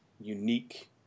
unique